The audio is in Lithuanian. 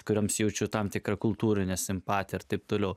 kurioms jaučiu tam tikrą kultūrinę simpatiją ir taip toliau